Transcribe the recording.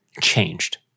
changed